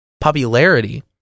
popularity